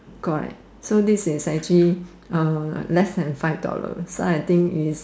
correct so this is actually less than five dollars so I think is